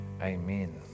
Amen